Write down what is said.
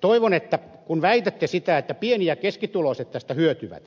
toivon että kun väitätte että pieni ja keskituloiset tästä hyötyvät